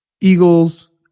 Eagles